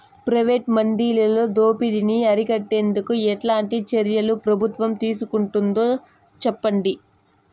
Private మండీలలో దోపిడీ ని అరికట్టేందుకు ఎట్లాంటి చర్యలు ప్రభుత్వం తీసుకుంటుందో చెప్పండి?